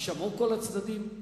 יישמעו כל הצדדים.